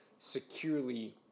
securely